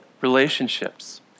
relationships